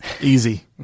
Easy